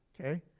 Okay